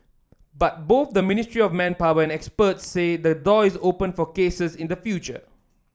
but both the Ministry of Manpower and experts say the door is open for cases in the future